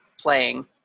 playing